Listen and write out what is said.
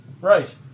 Right